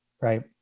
right